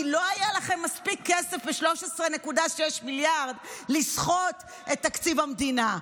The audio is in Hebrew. כי לא היה לכם מספיק כסף ב-13.6 מיליארד לסחוט את תקציב המדינה.